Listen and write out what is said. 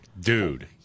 Dude